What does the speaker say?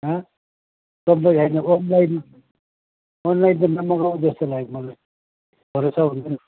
हाँ अब्बुई होइन अनलाइन अनलाइन त नमगाऔँ जस्तो लाग्यो मलाई अरू छ